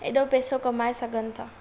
हेॾो पैसो कमाए सघनि था